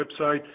website